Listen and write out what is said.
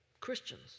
Christians